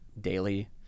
daily